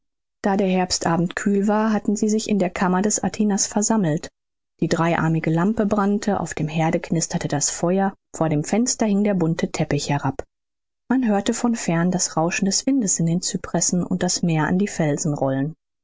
da der herbstabend kühl war hatten sie sich in der kammer des atinas versammelt die dreiarmige lampe brannte auf dem herde knisterte das feuer vor dem fenster hing der bunte teppich herab man hörte von fern das rauschen des windes in den cypressen und das meer an die